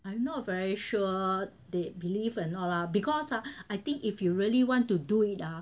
I'm not very sure they believe or not lah because ah I think if you really want to do it ah